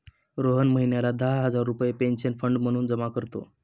रोहन महिन्याला दहा हजार रुपये पेन्शन फंड म्हणून जमा करतो